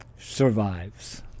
survives